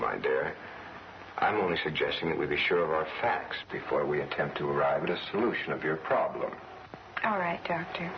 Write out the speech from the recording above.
by day i'm only suggesting that we be sure of our facts before we attempt to arrive at a solution of your problem all right